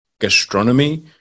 Gastronomy